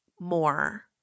more